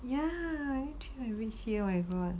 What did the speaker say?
ya need to change my bed sheet oh my god